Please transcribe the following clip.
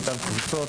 קליטה ותפוצות,